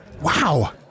Wow